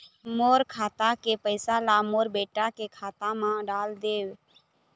मोर खाता के पैसा ला मोर बेटा के खाता मा डाल देव?